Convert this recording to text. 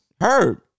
Heard